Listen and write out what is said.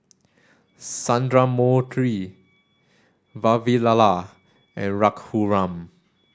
Sundramoorthy Vavilala and Raghuram